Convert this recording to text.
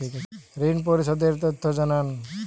ঋন পরিশোধ এর তথ্য জানান